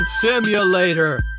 Simulator